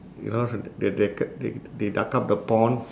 you know they du~ du~ they they dug up the pond